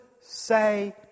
say